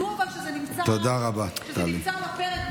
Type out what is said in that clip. אבל תדעו שזה נמצא על הפרק,